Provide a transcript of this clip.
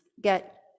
get